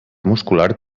muscular